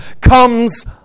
comes